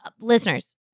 Listeners